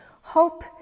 Hope